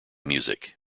music